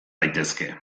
daitezke